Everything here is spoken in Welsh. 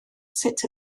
sut